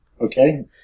Okay